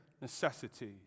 necessities